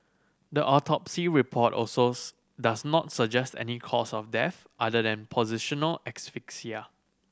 the autopsy report also does not suggest any cause of death other than positional asphyxia